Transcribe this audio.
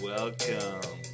Welcome